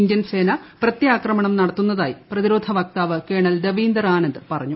Indian സേന പ്രത്യാക്രമണം നടത്തുന്നതായി പ്രതിരോധ വക്താവ് കേണൽ ദവീന്ദർ ആനന്ദ് പറഞ്ഞു